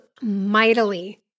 mightily